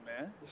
man